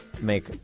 make